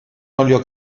olio